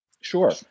Sure